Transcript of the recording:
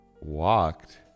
walked